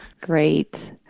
Great